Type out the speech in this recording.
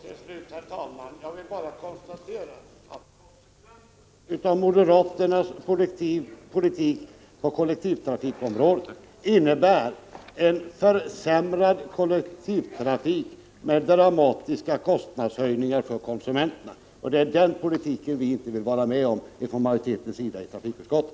Herr talman! Jag vill bara konstatera att konsekvenserna av moderaternas politik på kollektivtrafikområdet blir en försämrad kollektivtrafik med dramatiska kostnadshöjningar för konsumenterna. Det är den politiken vi inte vill vara med om från majoriteten i trafikutskottet.